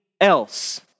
else